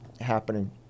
happening